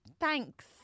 thanks